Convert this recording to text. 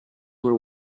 were